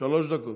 שלוש דקות.